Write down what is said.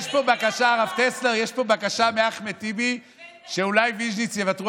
יש פה בקשה מאחמד טיבי שאולי ויז'ניץ יוותרו